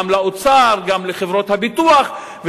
גם לאוצר וגם לחברות הביטוח,